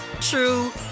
true